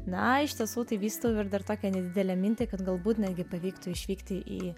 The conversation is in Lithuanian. na iš tiesų tai vystau ir dar tokią nedidelę mintį kad galbūt netgi pavyktų išvykti į